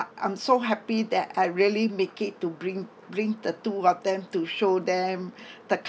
I'm so happy that I really make it to bring bring the two of them to show them the